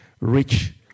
Rich